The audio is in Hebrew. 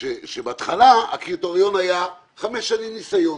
שבהתחלה הקריטריון היה חמש שנים ניסיון.